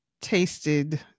tasted